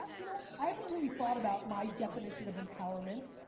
um you know, i haven't really thought about my definition of empowerment.